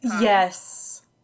Yes